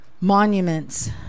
monuments